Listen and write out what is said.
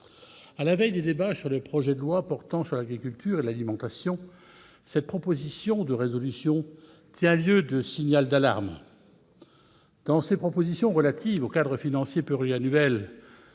À la veille des débats sur le projet de loi portant sur l'agriculture et l'alimentation, cette proposition de résolution européenne tient lieu de signal d'alarme. Dans ses propositions relatives au cadre financier pluriannuel